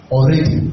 Already